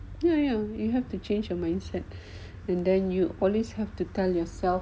ya ya you have to change your mindset and then you always have to tell yourself